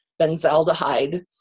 benzaldehyde